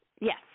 Yes